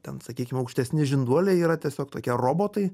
ten sakykim aukštesni žinduoliai yra tiesiog tokie robotai